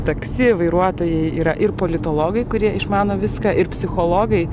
taksi vairuotojai yra ir politologai kurie išmano viską ir psichologai